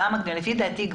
לפי דעתי,